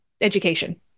education